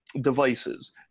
devices